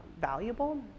valuable